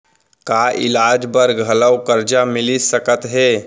का इलाज बर घलव करजा मिलिस सकत हे?